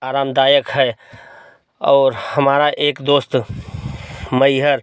आरामदायक है और हमारा एक दोस्त मैहर